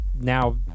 now